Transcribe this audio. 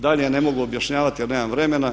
Dalje ne mogu objašnjavati jer nema vremena.